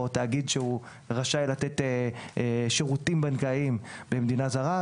או על ידי תאגיד שמאושר לתת שירותים בנקאיים במדינה זרה,